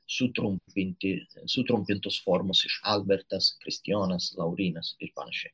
sutrumpinti sutrumpintos formos iš albertas kristijonas laurynas ir panašiai